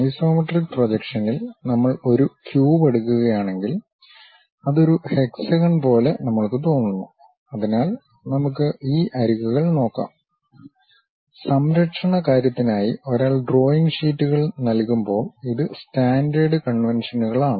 isometric പ്രൊജക്ഷനിൽ നമ്മൾ ഒരു ക്യൂബ് എടുക്കുകയാണെങ്കിൽ അത് ഒരു ഹെക്സഗൺ പോലെ നമ്മൾക്കു തോന്നുന്നു അതിനാൽ നമുക്ക് ഈ അരികുകൾ നോക്കാം സംരക്ഷണ കാര്യത്തിനായി ഒരാൾ ഡ്രോയിംഗ് ഷീറ്റുകൾ നൽകുമ്പോൾ ഇത് സ്റ്റാൻഡേർഡ് കൺവെൻഷനുകളാണ്